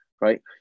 right